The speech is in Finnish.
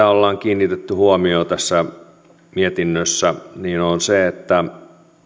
ollaan kiinnitetty huomiota tässä mietinnössä on se että